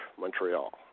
Montreal